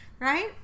right